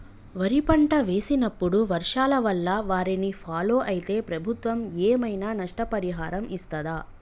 వరి పంట వేసినప్పుడు వర్షాల వల్ల వారిని ఫాలో అయితే ప్రభుత్వం ఏమైనా నష్టపరిహారం ఇస్తదా?